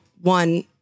one